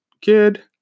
kid